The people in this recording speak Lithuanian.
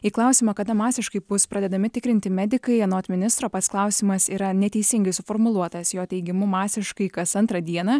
į klausimą kada masiškai bus pradedami tikrinti medikai anot ministro pats klausimas yra neteisingai suformuluotas jo teigimu masiškai kas antrą dieną